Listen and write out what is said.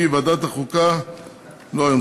לא היום,